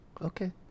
Okay